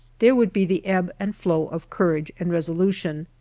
there would be the ebb and flow of courage and resolution.